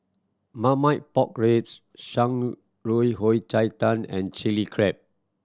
Marmite Pork Ribs Shan Rui Yao Cai Tang and Chilli Crab